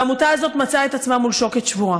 העמותה הזאת מצאה עצמה מול שוקת שבורה.